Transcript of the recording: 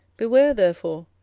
beware therefore,